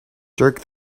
jerk